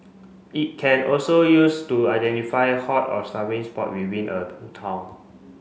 it can also used to identify hot or spot within a town